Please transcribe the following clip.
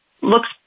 looks